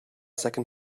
second